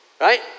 right